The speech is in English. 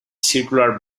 circular